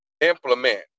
implement